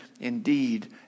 indeed